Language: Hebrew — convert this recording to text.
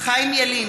חיים ילין,